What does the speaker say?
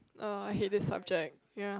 ah I hate this subject ya